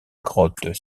grotte